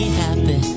happy